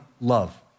love